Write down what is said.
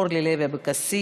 אורלי לוי אבקסיס,